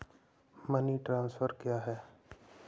Money transfer क्या है?